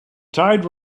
tide